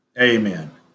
Amen